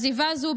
עזיבה זו,